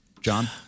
John